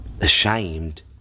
ashamed